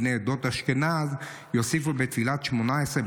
בני עדות אשכנז יוסיפו בתפילת שמונה-עשרה